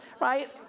right